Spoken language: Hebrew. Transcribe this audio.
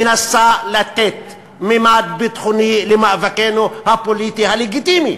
מנסה לתת ממד ביטחוני למאבקנו הפוליטי הלגיטימי